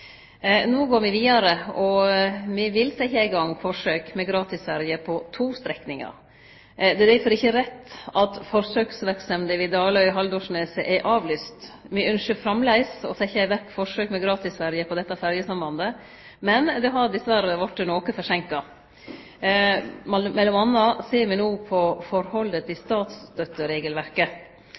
No går me vidare, og me vil setje i gang forsøk med gratis ferjer på to strekningar. Det er difor ikkje rett at forsøksverksemda ved Daløy–Haldorsneset er avlyst. Me ynskjer framleis å setje i verk forsøk med gratis ferje på dette ferjesambandet, men det har dessverre vorte noko forseinka. Mellom anna ser me no på forholdet til statsstøtteregelverket.